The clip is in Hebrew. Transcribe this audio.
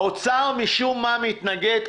האוצר משום מה מתנגד,